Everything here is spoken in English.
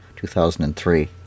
2003